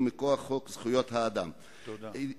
וכל האמנות הבין-לאומיות מחייבות את המדינה לתת טיפול